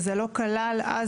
וזה לא כלל אז,